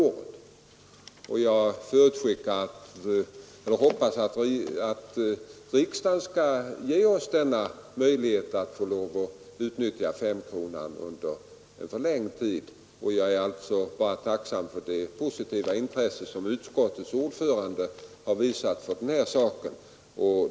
Jag hoppas att riksdagen skall ge oss denna möjlighet att utnyttja ”femkronan” under ytterligare en tid. Jag är bara tacksam för det positiva intresse som utskottets ordförande har visat denna sak.